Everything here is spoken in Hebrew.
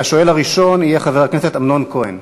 השואל הראשון יהיה חבר הכנסת אמנון כהן.